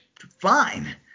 fine